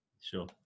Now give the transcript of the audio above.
Sure